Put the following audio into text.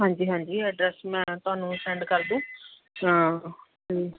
ਹਾਂਜੀ ਹਾਂਜੀ ਐਡਰੈਸ ਮੈਂ ਤੁਹਾਨੂੰ ਸੈਂਡ ਕਰ ਦੂ ਹਾਂਜੀ